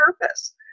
purpose